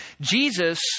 Jesus